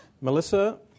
Melissa